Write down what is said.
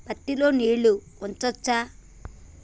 పత్తి లో నీళ్లు ఉంచచ్చా?